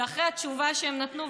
ואחרי התשובה שהם נתנו,